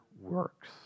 works